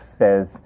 says